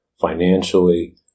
financially